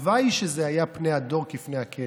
הלוואי שזה היה פני הדור כפני הכלב.